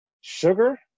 sugar